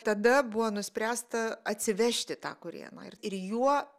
tada buvo nuspręsta atsivežti tą kurėną ir ir juo